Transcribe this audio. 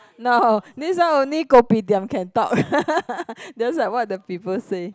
no this one only kopitiam can talk just like what the people say